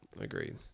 agreed